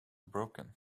broken